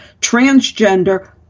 Transgender